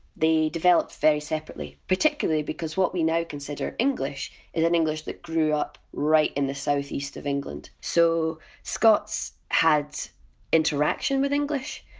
they developed very separately, particularly because what we now consider english is an english that grew up right in the southeast of england. so scots had interaction with english,